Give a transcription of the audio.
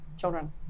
children